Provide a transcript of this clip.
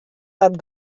dat